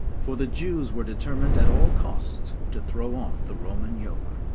for the jews were determined at all costs to throw off the roman yoke,